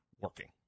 working